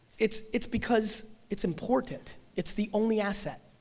it's it's because it's important, it's the only asset.